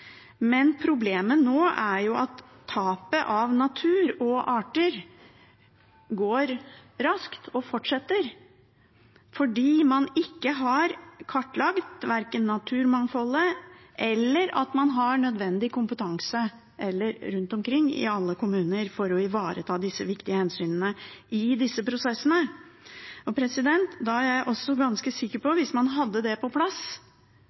Men problemet nå er at tapet av natur og arter går raskt og fortsetter fordi man verken har kartlagt naturmangfoldet eller har nødvendig kompetanse rundt omkring i alle kommuner for å ivareta viktige hensyn i disse prosessene. Jeg er også ganske sikker på at hvis man hadde hele faktagrunnlaget og kompetansen på plass,